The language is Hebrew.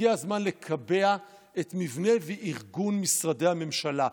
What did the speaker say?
הגיע הזמן לקבע את מבנה וארגון משרדי הממשלה.